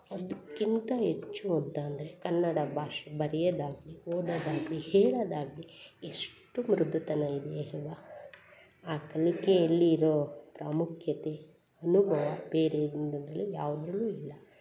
ಅದಕ್ಕಿಂತ ಹೆಚ್ಚು ಒತ್ತಾದ್ರೆ ಕನ್ನಡ ಭಾಷೆ ಬರಿರೆಯೋದು ಆಗಲಿ ಓದೋದು ಆಗಲಿ ಹೇಳೋದು ಆಗಲಿ ಎಷ್ಟು ಮೃದುತನ ಇದೆ ಅಲ್ವ ಆ ತನಿಖೆಯಲ್ಲಿ ಇರೋ ಪ್ರಾಮುಖ್ಯತೆ ಅನುಭವ ಬೇರೆ ಯಾವುದ್ರಲ್ಲೂ ಇಲ್ಲ